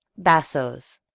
bassoes,